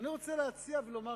ממה שהיא חשובה לי או לכל אחד אחר,